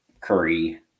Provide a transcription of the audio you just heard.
Curry